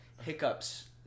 hiccups